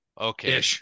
Okay